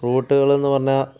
റൂട്ടുകളെന്ന് പറഞ്ഞാൽ